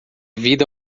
vida